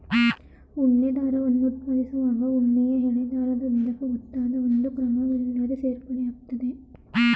ಉಣ್ಣೆ ದಾರವನ್ನು ಉತ್ಪಾದಿಸುವಾಗ ಉಣ್ಣೆಯ ಎಳೆ ದಾರದ ಉದ್ದಕ್ಕೂ ಗೊತ್ತಾದ ಒಂದು ಕ್ರಮವಿಲ್ಲದೇ ಸೇರ್ಪಡೆ ಆಗ್ತದೆ